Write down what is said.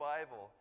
Bible